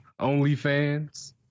OnlyFans